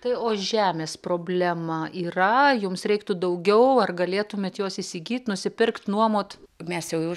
tai o žemės problema yra jums reiktų daugiau ar galėtumėte jos įsigyt nusipirkt nuomot mes jau